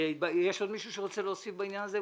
יש עוד מישהו שרוצה להוסיף בעניין הזה?